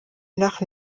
nach